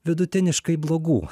vidutiniškai blogų